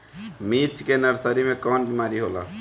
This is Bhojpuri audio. मिर्च के नर्सरी मे कवन बीमारी होला?